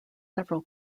several